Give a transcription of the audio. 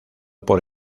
por